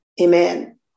amen